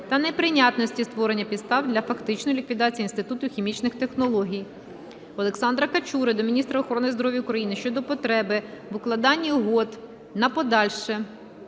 та неприйнятності створення підстав для фактичної ліквідації Інституту хімічних технологій. Олександра Качури до міністра охорони здоров'я України щодо потреби в укладенні угод на подальше